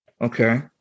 Okay